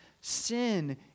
sin